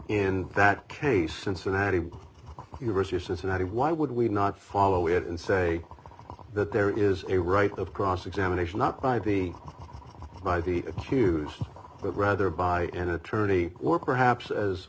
in that case cincinnati university of cincinnati why would we not follow it and say that there is a right of cross examination not by the by the hughes but rather by an attorney or perhaps as